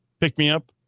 pick-me-up